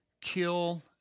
kill